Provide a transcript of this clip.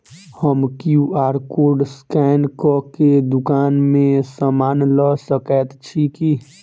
हम QR code scan कऽ केँ दुकान मे समान लऽ सकैत छी की?